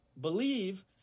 believe